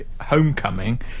Homecoming